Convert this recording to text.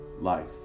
life